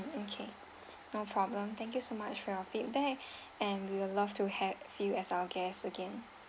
okay no problem thank you so much for your feedback and we will love to have you as our guests again